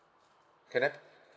correct